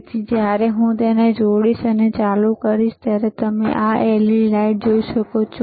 તેથી જ્યારે હું તેને જોડીશ અને હું તેને ચાલુ કરીશ ત્યારે તમે આ LED લાઇટ જોઈ શકશો